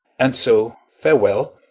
and so, farewell.